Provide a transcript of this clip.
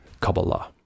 Kabbalah